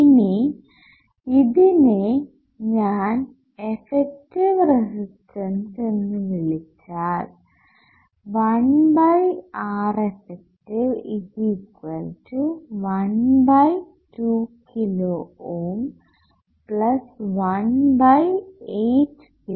ഇനി ഇതിനെ ഞാൻ എഫക്റ്റീവ് റെസിസ്റ്റൻസ് എന്ന് വിളിച്ചാൽ 1Reffective12 k18 k